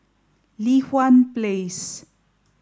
Li Hwan Place